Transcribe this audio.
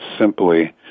simply